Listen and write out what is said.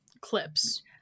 clips